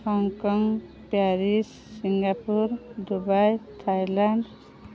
Hong Kong Paris Singapore Dubai Thailand